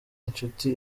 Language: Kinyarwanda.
inshuti